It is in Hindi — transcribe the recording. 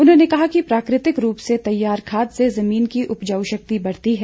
उन्होंने कहा कि प्राकृतिक रूप से तैयार खाद से जमीन की उपजाऊ शक्ति बढ़ती है